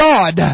God